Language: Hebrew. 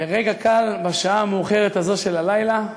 לרגע קל בשעה המאוחרת הזאת של הלילה זכיתי,